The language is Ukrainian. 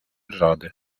ради